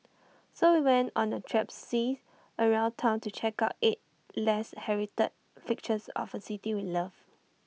so we went on A traipse around Town to check out eight less heralded fixtures of A city we love